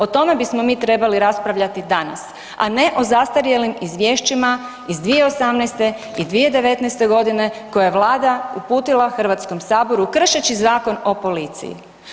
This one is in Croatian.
O tome bismo mi trebali raspravljati danas, a ne o zastarjelim izvješćima iz 2018. i 2019.g. koje je vlada uputila HS kršeći Zakon o policiji.